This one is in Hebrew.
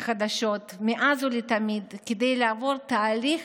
החדשים מאז ומתמיד כדי לעבור תהליך